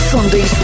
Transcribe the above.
Sunday